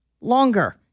longer